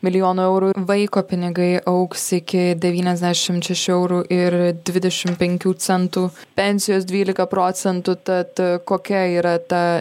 milijonų eurų ir vaiko pinigai augs iki devyniasdešimt šešių eurų ir dvidešim penkių centų pensijos dvylika procentų tad kokia yra ta